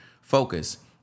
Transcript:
focus